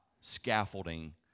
scaffolding